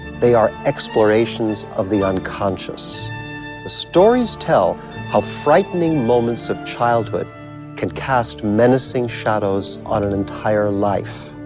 they are explorations of the unconscious. the stories tell how frightening moments of childhood can cast menacing shadows on an entire life.